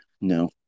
No